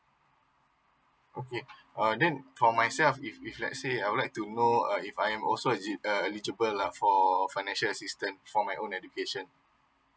okay uh then for myself if if let's say I would like to know uh if I'm also is it uh eligible lah for financial assistance for my own education